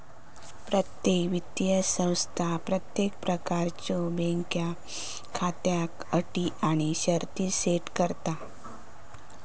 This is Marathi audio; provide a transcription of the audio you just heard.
प्रत्येक वित्तीय संस्था प्रत्येक प्रकारच्यो बँक खात्याक अटी आणि शर्ती सेट करता